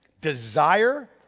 desire